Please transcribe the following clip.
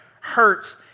hurts